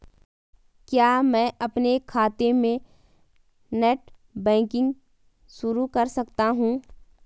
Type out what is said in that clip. क्या मैं अपने खाते में नेट बैंकिंग शुरू कर सकता हूँ?